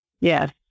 Yes